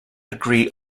agree